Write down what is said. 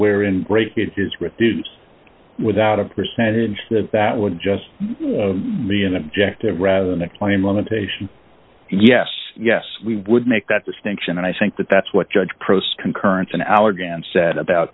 where in great it is reduced without a percentage that that would just be an objective rather than a claim limitation yes yes we would make that distinction and i think that that's what judge prose concurrence in our grant said about